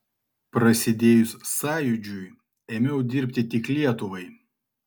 prasidėjus sąjūdžiui ėmiau dirbti tik lietuvai